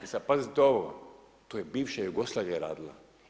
E sad pazite ovo, to je bivša Jugoslavija radila.